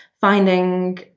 finding